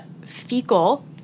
fecal